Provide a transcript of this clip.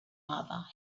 mother